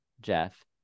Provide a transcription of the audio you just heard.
Jeff